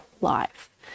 life